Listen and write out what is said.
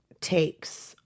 takes